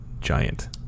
giant